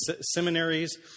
seminaries